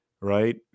right